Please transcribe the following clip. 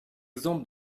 exemples